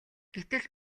гэтэл